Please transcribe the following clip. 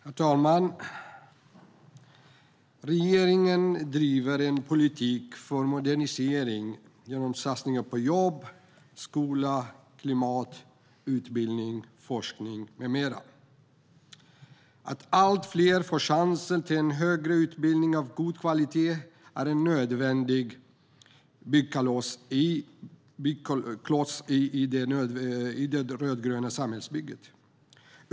Herr talman! Regeringen driver en politik för modernisering genom satsningar på jobb, skola, klimat, utbildning, forskning med mera. Att allt fler får chansen till högre utbildning av god kvalitet är en nödvändig byggkloss i det rödgröna samhällsbygget.